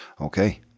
Okay